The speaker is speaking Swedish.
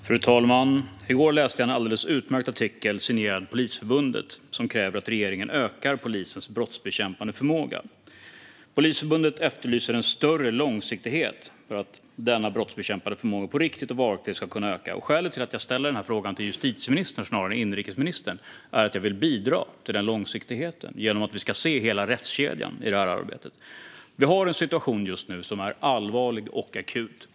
Fru talman! I går läste jag en alldeles utmärkt artikel, signerad Polisförbundet, som kräver att regeringen ökar polisens brottsbekämpande förmåga. Polisförbundet efterlyser större långsiktighet för att den brottsbekämpande förmågan på riktigt och varaktigt ska kunna öka. Skälet till att jag ställer denna fråga till justitieministern snarare än till inrikesministern är att jag vill bidra till denna långsiktighet. Vi ska se hela rättskedjan i detta arbete. Vi har just nu en situation som är allvarlig och akut.